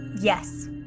yes